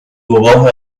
گواه